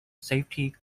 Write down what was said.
safety